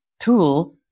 tool